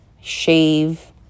shave